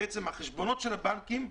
החשבונות של הבנקים,